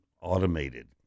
automated